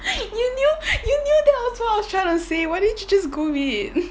you knew you knew that was what I was trying to say why didn't you just go with it